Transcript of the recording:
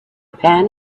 pan